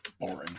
boring